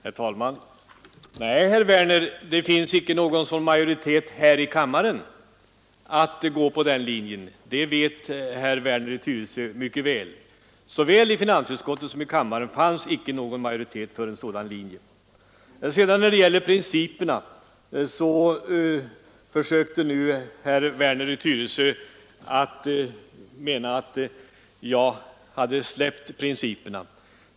Herr talman! Nej, herr Werner, det finns inte någon majoritet här i kammaren för den linjen. Det vet herr Werner mycket väl. Varken i finansutskottet eller i kammaren fanns majoritet för en sådan linje. Herr Werner i Tyresö menade att jag hade släppt principerna.